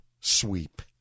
sweep